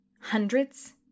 Hundreds